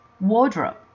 wardrobe